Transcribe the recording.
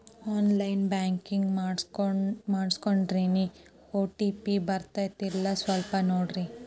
on line banking ಮಾಡಿಸ್ಕೊಂಡೇನ್ರಿ OTP ಬರ್ತಾಯಿಲ್ಲ ಸ್ವಲ್ಪ ನೋಡ್ರಿ